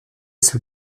sous